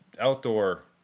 outdoor